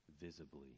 visibly